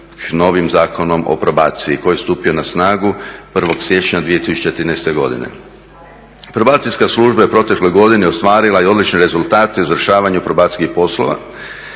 novim Zakonom o probaciji koji je stupio na snagu 01. siječnja 2013. godine. Probacijska služba je protekle godine ostvarila i odlične rezultate u izvršavanju probacijskih poslova